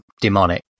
demonic